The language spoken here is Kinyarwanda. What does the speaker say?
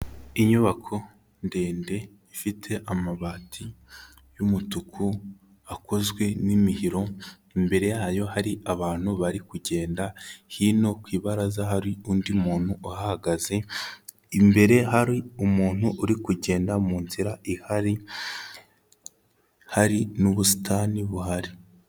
Inyubako ndende ifite amabati y'umutuku akozwe n'imihiro, imbere yayo hari abantu bari kugenda, hino ku ibaraza hari undi muntu uhahagaze, imbere hari umuntu uri kugenda mu nzira ihari, hari n'ubusitani buhari.